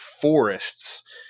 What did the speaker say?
forests